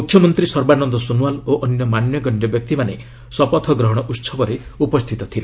ମୁଖ୍ୟମନ୍ତ୍ରୀ ସର୍ବାନନ୍ଦ ସୋନ୍ୱାଲ୍ ଓ ଅନ୍ୟ ମାନ୍ୟଗଣ୍ୟ ବ୍ୟକ୍ତିମାନେ ଶପଥ ଗ୍ରହଣ ଉତ୍ସବରେ ଉପସ୍ଥିତ ଥିଲେ